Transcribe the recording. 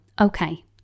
okay